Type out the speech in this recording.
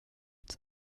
its